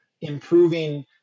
improving